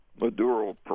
Maduro